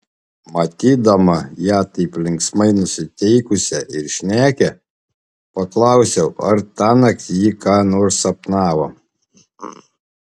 matydama ją taip linksmai nusiteikusią ir šnekią paklausiau ar tąnakt ji ką nors sapnavo